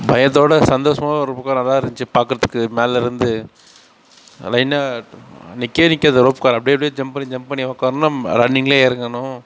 பயத்தோட சந்தோஷமாக ஒரு பக்கம் நல்லா இருந்துச்சி பார்க்கறத்துக்கு மேலேருந்து லைனாக நிற்கவே நிற்காது ரோப்காரு அப்படே அப்படே ஜம்ப் பண்ணி ஜம்ப் பண்ணி உக்கார்ணும் ரன்னிங்கில் இறங்கணும்